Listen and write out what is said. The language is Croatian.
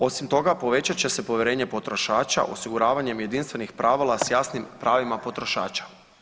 Osim toga povećat će se povjerenje potrošača osiguravanjem jedinstvenog pravila s jasnim pravima potrošača.